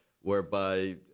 whereby